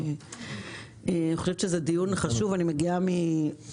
להתעסק עכשיו ביוקר המחייה זה דבר הכרחי,